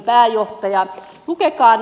lukekaa nämä